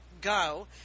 go